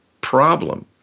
problem